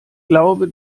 glaube